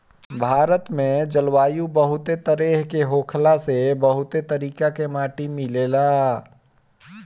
भारत में जलवायु बहुत तरेह के होखला से बहुत तरीका के माटी मिलेला